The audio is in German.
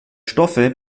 stoffe